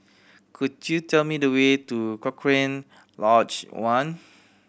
could you tell me the way to Cochrane Lodge One